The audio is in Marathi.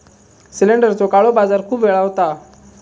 सिलेंडरचो काळो बाजार खूप वेळा होता